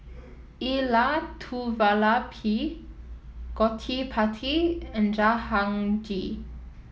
Elattuvalapil Gottipati and Jahangir